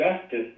Justice